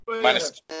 Minus